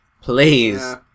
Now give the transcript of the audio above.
Please